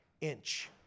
inch